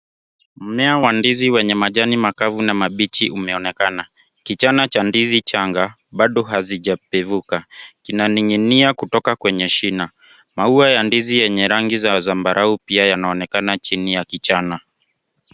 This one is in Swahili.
Mmea wa ndizi wenye majani makavu na mabichi umeonekana. Kichana cha ndizi changa bado hazijapevuka kinaning'inia kutoka kwenye shina. Maua ya ndizi yenye rangi za zambarau pia yanaonekana chini ya kichana.